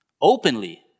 Openly